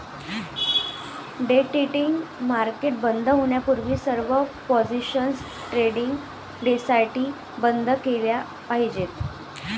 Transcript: day trading market बंद होण्यापूर्वी सर्व पोझिशन्स ट्रेडिंग डेसाठी बंद केल्या पाहिजेत